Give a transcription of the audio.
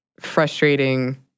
frustrating